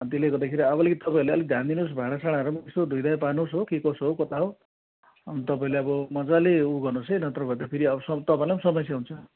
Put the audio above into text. अब त्यसले गर्दाखेरि अब अलिक तपाईँहरूले ध्यानदिनुहोस् भाँडासाडाहरू यसो धुइधाइ पार्नुहोस् हो के कसो हो कता हो अन्त तपाईँले अब मजाले ऊ गर्नुहोस् है नत्र भन्दाखेरि तपाईँलाई समस्या हुन्छ